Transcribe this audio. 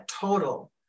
total